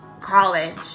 college